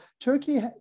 Turkey